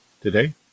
today